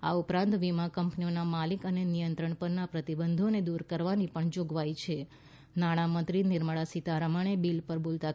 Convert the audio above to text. આ ઉપરાંત વીમા કંપનીઓના માલિકી અને નિયંત્રણ પરના પ્રતિબંધોને દૂર કરવાની પણ જોગવાઈ છે નાણાં મંત્રી નિર્મળા સીતારમણે બિલ પર બોલતાં